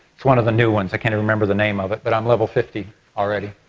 it's one of the new ones, i can't remember the name of it, but i'm level fifty already.